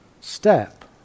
step